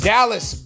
Dallas